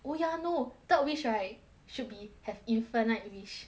oh ya no third wish right should be have infinite wish